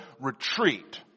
retreat